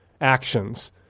actions